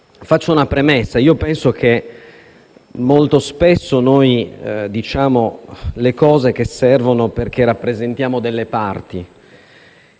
Faccio una premessa. Penso che molto spesso noi diciamo le cose che servono, perché rappresentiamo delle parti